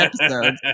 episode